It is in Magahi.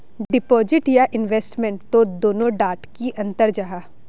डिपोजिट या इन्वेस्टमेंट तोत दोनों डात की अंतर जाहा?